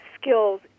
skills